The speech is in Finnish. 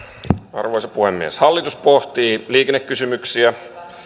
arvoisa puhemies hallitus pohtii liikennekysymyksiä